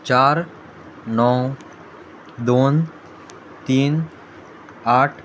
चार णव दोन तीन आठ